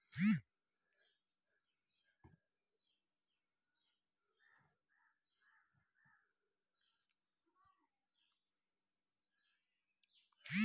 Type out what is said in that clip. माल जाल पोसय लेल मालजालक खानपीन मे पोषक तत्वक पुरा धेआन रखबाक चाही